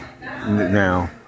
now